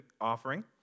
offering